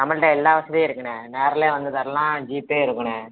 நம்மகிட்ட எல்லா வசதியும் இருக்கணே நேரில் வந்து தரலாம் ஜீபே இருக்கணே